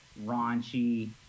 raunchy